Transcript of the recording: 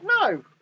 No